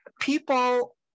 people